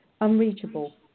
unreachable